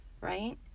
Right